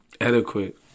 adequate